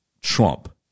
Trump